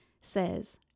says